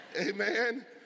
Amen